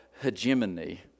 hegemony